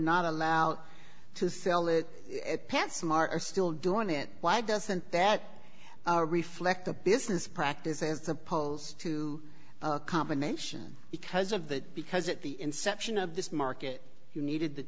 not allowed to sell it at plant some are still doing it why doesn't that reflect the business practices opposed to a combination because of that because at the inception of this market you needed the